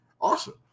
Awesome